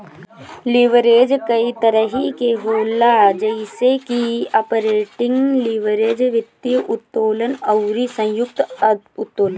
leverage कई तरही के होला जइसे की आपरेटिंग लीवरेज, वित्तीय उत्तोलन अउरी संयुक्त उत्तोलन